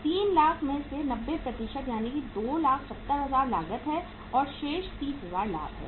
3 लाख में से 90 यानी 270000 लागत है और शेष 30000 लाभ है